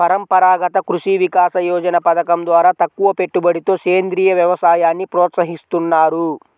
పరంపరాగత కృషి వికాస యోజన పథకం ద్వారా తక్కువపెట్టుబడితో సేంద్రీయ వ్యవసాయాన్ని ప్రోత్సహిస్తున్నారు